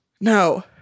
No